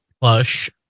plush